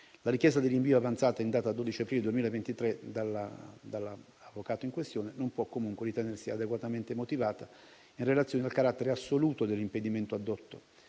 La richiesta di rinvio avanzata in data 12 aprile 2023 dall'avvocato in questione non può comunque ritenersi adeguatamente motivata in relazione al carattere assoluto dell'impedimento addotto